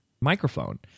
microphone